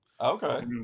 Okay